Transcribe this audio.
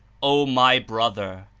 oh my brother!